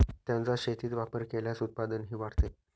त्यांचा शेतीत वापर केल्यास उत्पादनही वाढते